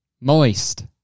Moist